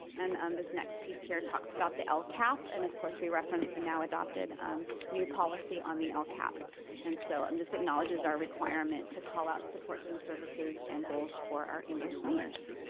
and this next piece here talks about the lcap and of course we referenced the now adopted new policy on the lcap and so um this acknowledges our requirement to call out supports and services and goals for our english learners.